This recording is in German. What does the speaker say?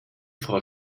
frau